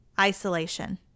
Isolation